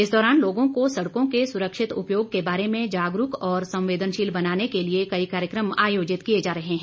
इस दौरान लोगों को सड़कों के सुरक्षित उपयोग के बारे में जागरूक और संवेदनशील बनाने के लिए कई कार्यक्रम आयोजित किए जा रहे हैं